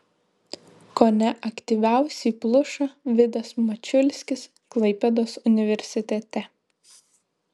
kone aktyviausiai pluša vidas mačiulskis klaipėdos universitete